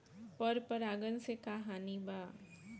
पर परागण से का हानि बा?